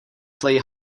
play